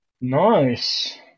nice